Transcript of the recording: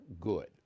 good